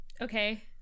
okay